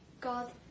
God